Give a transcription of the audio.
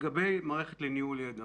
לגבי מערכת לניהול ידע.